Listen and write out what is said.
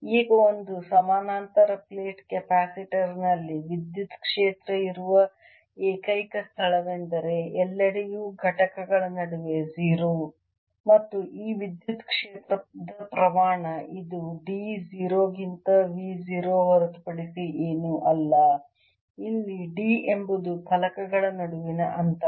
ಈಗ ಒಂದು ಸಮಾನಾಂತರ ಪ್ಲೇಟ್ ಕೆಪಾಸಿಟರ್ನಲ್ಲಿ ವಿದ್ಯುತ್ ಕ್ಷೇತ್ರ ಇರುವ ಏಕೈಕ ಸ್ಥಳವೆಂದರೆ ಎಲ್ಲೆಡೆಯೂ ಫಲಕಗಳ ನಡುವೆ 0 ಮತ್ತು ಈ ವಿದ್ಯುತ್ ಕ್ಷೇತ್ರದ ಪ್ರಮಾಣ ಇದು d 0 ಗಿಂತ V 0 ಹೊರತುಪಡಿಸಿ ಏನೂ ಅಲ್ಲ ಇಲ್ಲಿ d ಎಂಬುದು ಫಲಕಗಳ ನಡುವಿನ ಅಂತರ